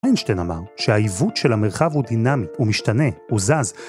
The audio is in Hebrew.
‫איינשטיין אמר שהעיוות של המרחב ‫הוא דינמי, הוא משתנה, הוא זז.